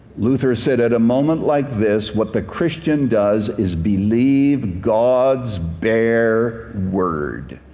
luther's says at a moment like this what the christian does is believe god's bare word.